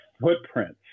footprints